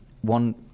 One